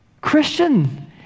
Christian